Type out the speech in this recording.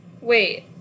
Wait